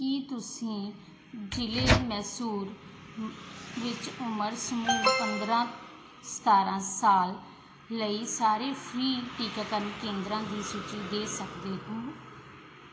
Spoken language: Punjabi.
ਕੀ ਤੁਸੀਂ ਜ਼ਿਲ੍ਹੇ ਮੈਸੂਰ ਵਿੱਚ ਉਮਰ ਸਮੂਹ ਪੰਦਰ੍ਹਾਂ ਸਤਾਰ੍ਹਾਂ ਸਾਲ ਲਈ ਸਾਰੇ ਫ੍ਰੀ ਟੀਕਾਕਰਨ ਕੇਂਦਰਾਂ ਦੀ ਸੂਚੀ ਦੇ ਸਕਦੇ ਹੋ